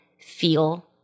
feel